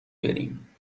بریم